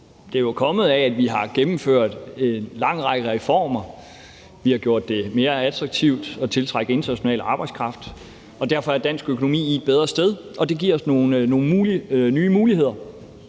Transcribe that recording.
Det er jo kommet af, at vi har gennemført en lang række reformer. Vi har gjort det mere attraktivt at tiltrække international arbejdskraft. Derfor er dansk økonomi et bedre sted, og det giver os nogle nye muligheder.